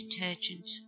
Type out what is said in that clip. detergent